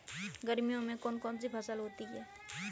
गर्मियों में कौन कौन सी फसल होती है?